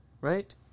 right